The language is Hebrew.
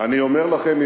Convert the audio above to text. אני אומר לכם,